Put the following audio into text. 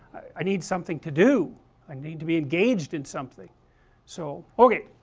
i need something to do i need to be engaged in something so, ok